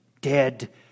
dead